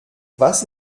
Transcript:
was